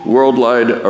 Worldwide